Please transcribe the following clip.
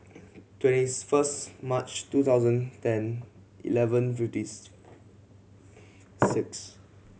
twenties first March two thousand ten eleven fifties six